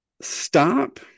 Stop